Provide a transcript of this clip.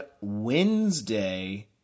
Wednesday